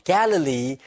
Galilee